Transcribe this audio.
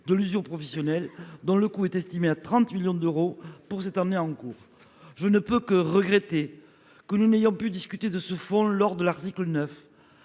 de l'usure professionnelle, dont le coût est estimé à 30 millions d'euros pour l'année en cours. Je ne peux que regretter que nous n'ayons pu discuter de ce fonds lors de l'examen